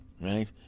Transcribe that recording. right